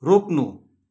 रोक्नु